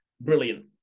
Brilliant